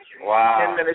Wow